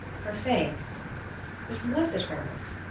her face but was it hers?